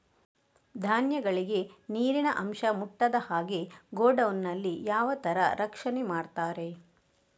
ಧಾನ್ಯಗಳಿಗೆ ನೀರಿನ ಅಂಶ ಮುಟ್ಟದ ಹಾಗೆ ಗೋಡೌನ್ ನಲ್ಲಿ ಯಾವ ತರ ರಕ್ಷಣೆ ಮಾಡ್ತಾರೆ?